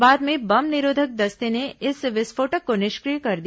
बाद में बम निरोधक दस्ते ने इस विस्फोटक को निष्क्रिय कर दिया